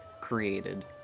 created